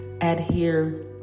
adhere